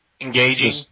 Engaging